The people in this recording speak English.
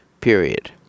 period